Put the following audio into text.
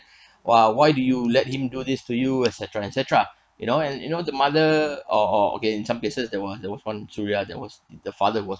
!wah! why do you let him do this to you et cetera et cetera you know and you know the mother or or okay in some places there were that were one suria that was the father was